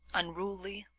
unruly,